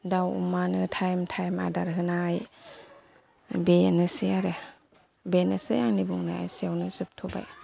दाव अमानो time time आदार होनाय बेनोसै आरो बेनोसै आंनि बुंनाया एसेयावनो जोबथ'बाय